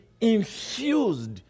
infused